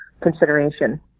consideration